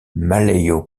malayo